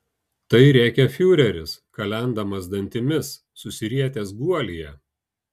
tai rėkė fiureris kalendamas dantimis susirietęs guolyje